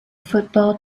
football